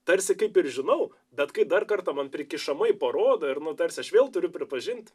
tarsi kaip ir žinau bet kai dar kartą man prikišamai parodo ir nu tarsi aš vėl turiu pripažint